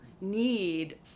need